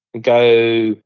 go